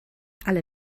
alle